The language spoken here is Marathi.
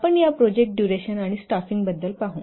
आपण या प्रोजेक्ट डुरेशन आणि स्टाफिंगबद्दल पाहू